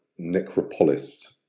necropolist